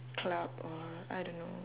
club or I don't know